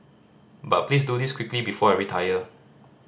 but please do this quickly before I retire